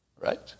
Right